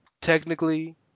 Technically